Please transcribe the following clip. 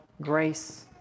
grace